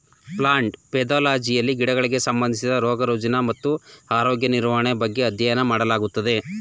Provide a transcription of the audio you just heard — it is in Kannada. ಪ್ಲಾಂಟ್ ಪೆದೊಲಜಿಯಲ್ಲಿ ಗಿಡಗಳಿಗೆ ಸಂಬಂಧಿಸಿದ ರೋಗ ರುಜಿನ ಮತ್ತು ಆರೋಗ್ಯ ನಿರ್ವಹಣೆ ಬಗ್ಗೆ ಅಧ್ಯಯನ ಮಾಡಲಾಗುತ್ತದೆ